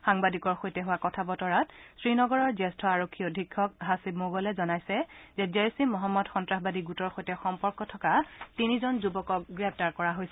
সাংবাদিকৰ সৈতে হোৱা কথা বতৰাত শ্ৰীনগৰৰ জ্যেষ্ঠ আৰক্ষী অধীক্ষক হাছিব মোগলে জনাইছে যে জেইছ ই মহম্মদ সন্তাসবাদী গোটৰ সৈতে সম্পৰ্ক থকা তিনিজন যুৱকক গ্ৰেপ্তাৰ কৰা হৈছে